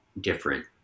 different